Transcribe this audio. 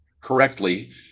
correctly